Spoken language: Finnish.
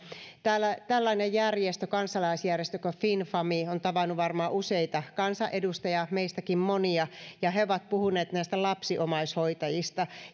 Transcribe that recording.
täällä tällainen kansalaisjärjestö kuin finfami on tavannut varmaan useita kansanedustajia meistäkin monia ja he ovat puhuneet näistä lapsiomaishoitajista